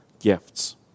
gifts